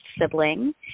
sibling